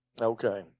Okay